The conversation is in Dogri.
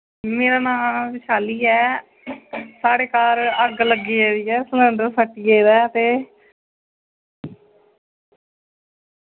मेरा नां विशाली ऐ साढ़े घर अग्ग लग्गी गेदी ऐ सिलैंडर फट्टी गेदा ऐ ते